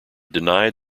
denied